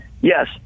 Yes